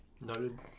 Noted